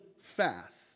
fast